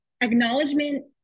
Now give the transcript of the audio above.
acknowledgement